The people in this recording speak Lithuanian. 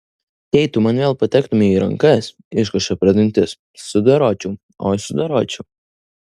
jei tu man vėl patektumei į rankas iškošė pro dantis sudoročiau oi sudoročiau